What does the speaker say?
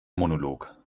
monolog